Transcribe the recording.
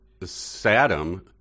Saddam